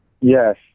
Yes